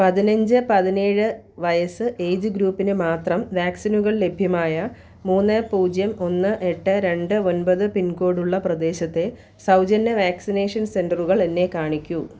പതിനഞ്ച് പതിനേഴ് വയസ്സ് എയ്ജ് ഗ്രൂപ്പിന് മാത്രം വാക്സിനുകൾ ലഭ്യമായ മൂന്ന് പൂജ്യം ഒന്ന് എട്ട് രണ്ട് ഒൻപത് പിൻകോഡുള്ള പ്രദേശത്തെ സൗജന്യ വാക്സിനേഷൻ സെൻറ്ററുകൾ എന്നെ കാണിക്കുക